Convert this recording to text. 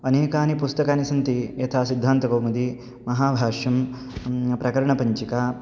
अनेकानि पुस्तकानि सन्ति यथा सिद्धान्तकौमुदी महाभाष्यं प्रकरणपञ्चिका